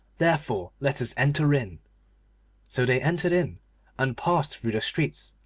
therefore let us enter in so they entered in and passed through the streets,